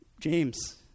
James